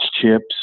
chips